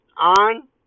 On